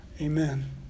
Amen